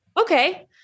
okay